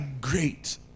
great